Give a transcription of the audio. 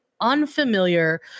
unfamiliar